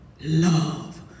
Love